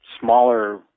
smaller